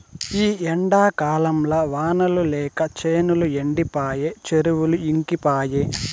ఈ ఎండాకాలంల వానలు లేక చేనులు ఎండిపాయె చెరువులు ఇంకిపాయె